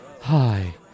Hi